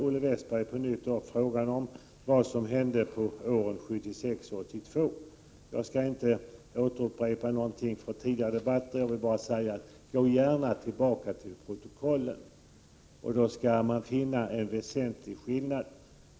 Olle Westberg tar på nytt upp frågan om vad som hände åren 1976-1982. Då vill jag bara säga: Gå gärna tillbaka till protokollen! Då kommer han att finna en väsentlig skillnad.